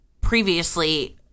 previously